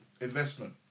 investment